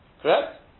Correct